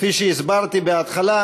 כפי שהסברתי בהתחלה,